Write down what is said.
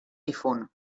difunt